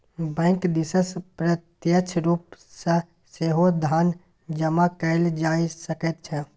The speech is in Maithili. बैंक दिससँ प्रत्यक्ष रूप सँ सेहो धन जमा कएल जा सकैत छै